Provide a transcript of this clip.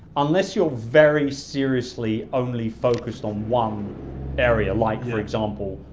unless you're very seriously only focused on one area like for example,